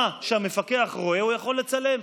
מה שהמפקח רואה הוא יכול לצלם.